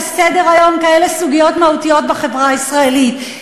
סדר-היום כאלה סוגיות מהותיות בחברה הישראלית,